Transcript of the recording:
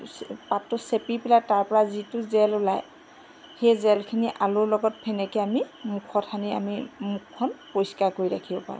পাতটো চেপি পেলাই তাৰপৰা যিটো জেল ওলায় সেই জেলখিনি আলুৰ লগত ফেনেকি আমি মুখত সানি আমি মুখখন পৰিষ্কাৰ কৰি ৰাখিব পাৰোঁ